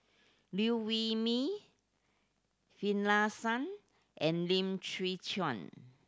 Liew Wee Mee Finlayson and Lim Chwee Chian